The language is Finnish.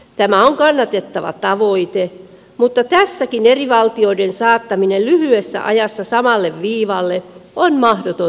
tämä on kannatettava tavoite mutta tässäkin eri valtioiden saattaminen lyhyessä ajassa samalle viivalle on mahdoton tehtävä